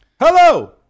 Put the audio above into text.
Hello